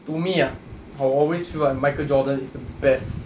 to me ah I will always feel like michael jordan is the best